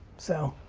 so,